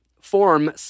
form